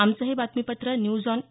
आमचं हे बातमीपत्र न्यूज ऑन ए